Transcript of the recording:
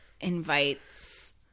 invites